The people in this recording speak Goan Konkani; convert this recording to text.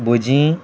बोजीं